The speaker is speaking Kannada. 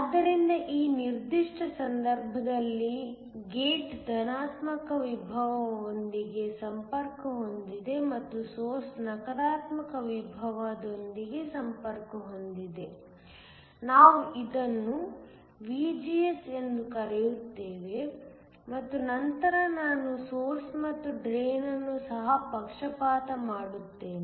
ಆದ್ದರಿಂದ ಈ ನಿರ್ದಿಷ್ಟ ಸಂದರ್ಭದಲ್ಲಿ ಗೇಟ್ ಧನಾತ್ಮಕ ವಿಭವದೊಂದಿಗೆ ಸಂಪರ್ಕ ಹೊಂದಿದೆ ಮತ್ತು ಸೊರ್ಸ್ ನಕಾರಾತ್ಮಕ ವಿಭವದೊಂದಿಗೆ ಸಂಪರ್ಕ ಹೊಂದಿದೆ ನಾವು ಇದನ್ನು VGS ಎಂದು ಕರೆಯುತ್ತೇವೆ ಮತ್ತು ನಂತರ ನಾನು ಸೊರ್ಸ್ ಮತ್ತು ಡ್ರೈನ್ ಅನ್ನು ಸಹ ಪಕ್ಷಪಾತ ಮಾಡುತ್ತೇನೆ